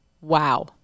Wow